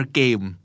game